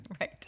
right